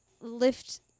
lift